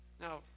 Now